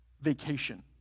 vacation